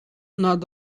nad